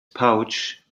pouch